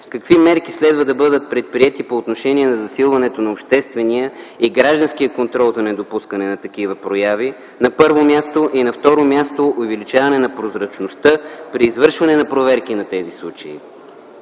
какви мерки следва да бъдат предприети по отношение на засилването на обществения и гражданския контрол за недопускане на такива прояви. На второ място, увеличаване на прозрачността при извършване на проверки на тези случаи.